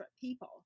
people